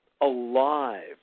alive